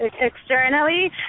externally